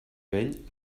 vell